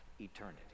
eternity